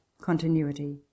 continuity